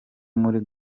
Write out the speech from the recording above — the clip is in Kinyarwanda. muri